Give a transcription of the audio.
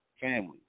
family